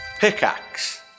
Pickaxe